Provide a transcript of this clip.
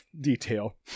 detail